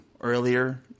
earlier